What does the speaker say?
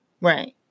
Right